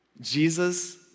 Jesus